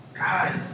God